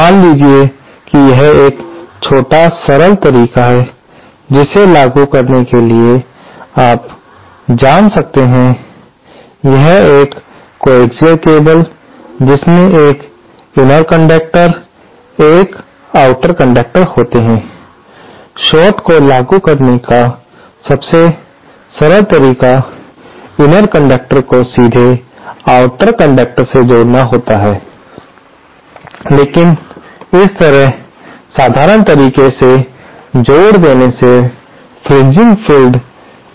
मान लीजिए कि यह एक छोटा सरल तरीका है जिसे लागू करने के लिए आप जान सकते हैं यह एक कोएक्सिअल केबल जिसमें एक इनर कंडक्टर और आउटर कंडक्टर होते हैं शार्ट को लागू करने का सबसे सरल तरीका इनर कंडक्टर को सीधे आउटर कंडक्टर से जोड़ना होता है लेकिन इस तरह साधारण तरीके से जोड़ देने से फ्रिनजिंग फील्ड होते है